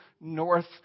north